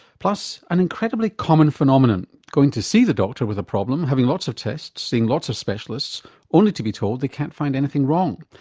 plus an incredibly common phenomenon going to see the doctor with a problem, having lots of tests, seeing lots of specialists only to be told they can't find anything wrong.